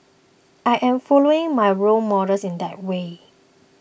I am following my role models in that way